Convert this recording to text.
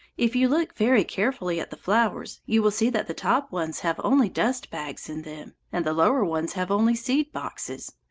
if you look very carefully at the flowers, you will see that the top ones have only dust-bags in them, and the lower ones have only seed-boxes.